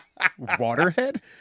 Waterhead